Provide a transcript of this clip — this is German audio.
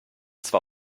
zwar